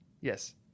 Yes